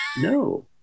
No